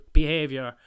behavior